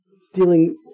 stealing